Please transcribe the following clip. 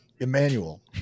Emmanuel